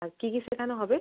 আর কী কী শেখানো হবে